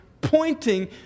pointing